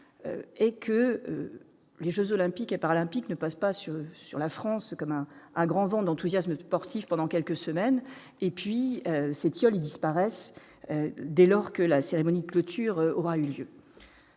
et que les Jeux olympiques et paralympiques ne passe pas sur, sur la France comme un un grand vent d'enthousiasme sportif pendant quelques semaines et puis s'étioler disparaissent dès lors que la cérémonie de clôture aura eu lieu.